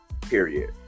period